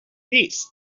beasts